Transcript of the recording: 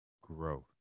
growth